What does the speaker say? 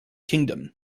kingdom